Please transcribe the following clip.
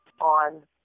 on